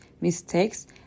mistakes